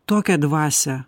tokią dvasią